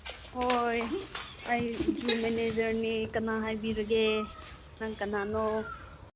ꯍꯣꯏ ꯑꯩꯁꯨ ꯃꯦꯅꯦꯖꯔꯅꯤ ꯀꯅꯥ ꯍꯥꯏꯕꯤꯔꯒꯦ ꯅꯪ ꯀꯅꯥꯅꯣ